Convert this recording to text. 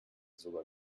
sogar